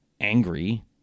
angry